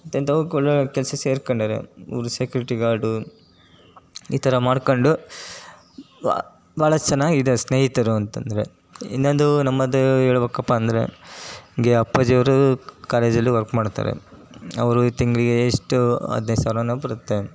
ಎಂತೆಂಥವ್ಕೆ ಎಲ್ಲ ಕೆಲ್ಸಕ್ಕೆ ಸೇರ್ಕೊಂಡವ್ರೆ ಇವರು ಸೆಕ್ಯೂರಿಟಿ ಗಾರ್ಡು ಈ ಥರ ಮಾಡ್ಕೊಂಡು ಬಾ ಭಾಳ ಚೆನ್ನಾಗಿದೆ ಸ್ನೇಹಿತರು ಅಂತಂದರೆ ಇನ್ನೊಂದು ನಮ್ಮದು ಹೋಳ್ಬೇಕಪ್ಪಾ ಅಂದರೆ ಹಿಂಗೇ ಅಪ್ಪಾಜಿ ಅವರು ಕ್ ಕಾಲೇಜಲ್ಲಿ ವರ್ಕ್ ಮಾಡ್ತಾರೆ ಅವರು ತಿಂಗಳಿಗೆ ಇಷ್ಟು ಹದಿನೈದು ಸಾವಿರನೋ ಬರುತ್ತೆ